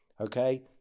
Okay